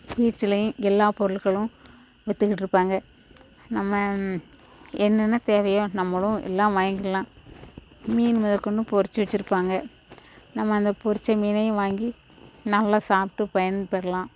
பீச்சுலேயும் எல்லா பொருட்களும் விற்றுக்கிட்டுருப்பாங்க நம்ம என்னென்ன தேவையோ நம்மளும் எல்லாம் வாங்கிக்கலாம் மீன் முதக் கொண்டு பொரிச்சி வச்சிருப்பாங்க நம்ம அந்த பொரிச்ச மீனையும் வாங்கி நல்லா சாப்பிட்டு பயன்பெறலாம்